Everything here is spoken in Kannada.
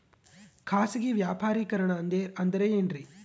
ಖಾಸಗಿ ವ್ಯಾಪಾರಿಕರಣ ಅಂದರೆ ಏನ್ರಿ?